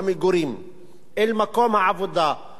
אל מקום העבודה או אל מקום